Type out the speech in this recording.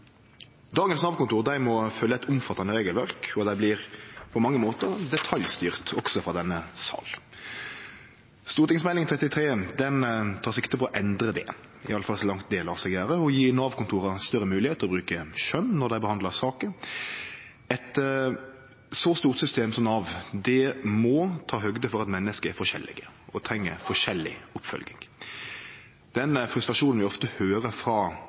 må Nav-kontora følgje eit omfattande regelverk, og dei blir på mange måtar detaljstyrte, også frå denne salen. Meld. St. 33 for 2015–2016 tek sikte på å endre det – iallfall så langt det lèt seg gjere – og gje Nav-kontora større moglegheit til å bruke skjøn når dei behandlar saker. Eit så stort system som Nav må ta høgd for at menneske er forskjellige og treng forskjellig oppfølging. Den frustrasjonen vi ofte høyrer frå